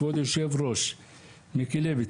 כבוד יושב הראש מיקי לוי,